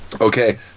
Okay